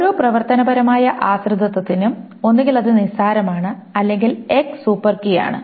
ഓരോ പ്രവർത്തനപരമായ ആശ്രിതത്വത്തിനും ഒന്നുകിൽ അത് നിസ്സാരമാണ് അല്ലെങ്കിൽ X സൂപ്പർ കീ ആണ്